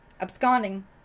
absconding